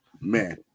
Man